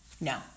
No